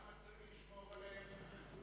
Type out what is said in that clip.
למה צריך לשמור עליהם?